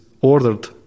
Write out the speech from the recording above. ordered